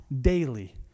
daily